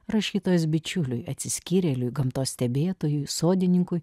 rašytojos bičiuliui atsiskyrėliui gamtos stebėtojui sodininkui